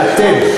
ואתם,